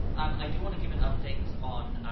i do want to give an update on